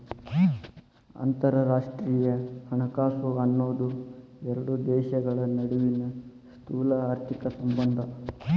ಅಂತರರಾಷ್ಟ್ರೇಯ ಹಣಕಾಸು ಅನ್ನೋದ್ ಎರಡು ದೇಶಗಳ ನಡುವಿನ್ ಸ್ಥೂಲಆರ್ಥಿಕ ಸಂಬಂಧ